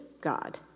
God